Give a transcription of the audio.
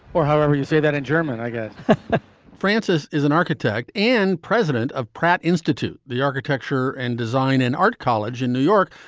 or however you say that in german i francis is an architect and president of pratt institute, the architecture and design and art college in new york,